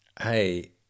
hey